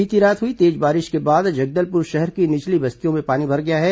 बीती रात हुई तेज बारिश के बाद जगदलपुर शहर की निचली बस्तियों में पानी भर गया है